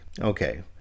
Okay